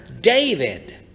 David